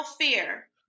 fear